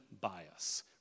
bias